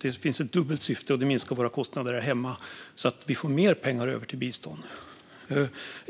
Det finns alltså ett dubbelt syfte, och det minskar våra kostnader här hemma så att vi får mer pengar över till bistånd.